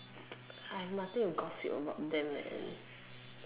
I have nothing to gossip about them and